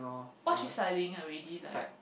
what is she studying already like